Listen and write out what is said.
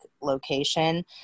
location